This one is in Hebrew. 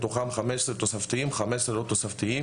מתוכם 15 תוספתיים ו- 15 לא תוספתיים.